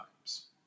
times